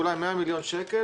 ואולי 100 מיליון שקל,